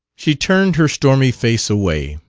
she turned her stormy face away,